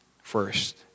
First